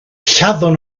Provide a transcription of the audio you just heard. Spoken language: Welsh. lladdon